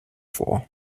vor